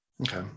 okay